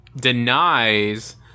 denies